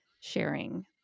sharing